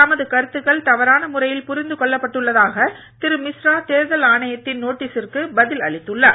தமது கருத்துக்கள் தவறான முறையில் புரிந்து கொள்ளப்பட்டுள்ளதாக திரு மிஸ்ரா தேர்தல் ஆணையத்தின் நோட்டீசிற்கு பதில் அளித்துள்ளார்